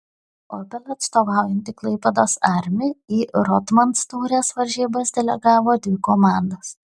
opel atstovaujanti klaipėdos armi į rothmans taurės varžybas delegavo dvi komandas